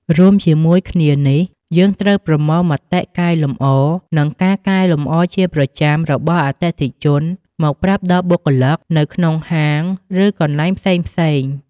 រួមជាមួយគ្នានេះយើងត្រូវប្រមូលមតិកែលម្អ និងការកែលម្អជាប្រចាំរបស់អតិថិជនមកប្រាប់ដល់បុគ្គលិកនៅក្នុងហាងឬកន្លែងផ្សេងៗ។